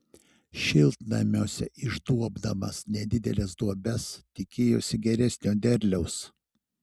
šiltnamiuose išduobdamas nedideles duobes tikėjosi geresnio derliaus